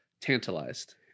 tantalized